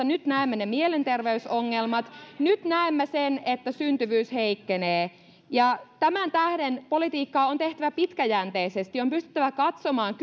nyt näemme ne mielenterveysongelmat nyt näemme sen että syntyvyys heikkenee tämän tähden politiikkaa on tehtävä pitkäjänteisesti on pystyttävä katsomaan